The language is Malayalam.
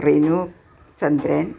റിനു ചന്ദ്രൻ